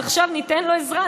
אז עכשיו ניתן לו עזרה,